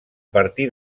partir